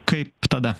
kaip tada